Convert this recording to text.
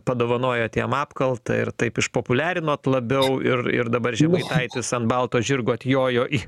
padovanojot jam apkaltą ir taip išpopuliarinot labiau ir ir dabar žemaitaitis ant balto žirgo atjojo į